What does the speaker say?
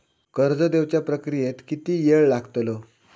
कर्ज देवच्या प्रक्रियेत किती येळ लागतलो?